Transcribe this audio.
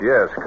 Yes